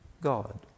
God